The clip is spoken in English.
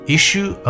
Issue